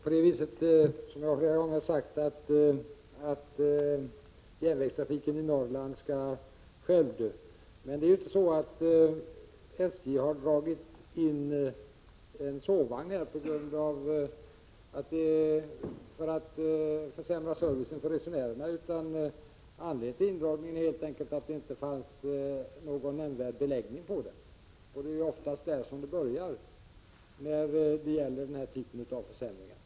Herr talman! Jag har flera gånger sagt att det inte alls är så att järnvägstrafiken i Norrland skall självdö. SJ har ju inte dragit in en sovvagn för att försämra servicen för resenärerna, utan anledningen till indragningen är helt enkelt att det inte fanns någon nämnvärd beläggning. Det är oftast där som det börjar när det gäller den här 107 typen av försämringar.